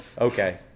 Okay